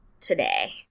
today